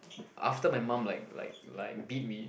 after my mum like like like beat me